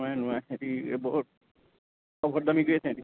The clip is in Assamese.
নোৱাৰে নোৱাৰে সিহেঁতি বহুত অভদ্ৰামী কৰি আছে সিহেঁতি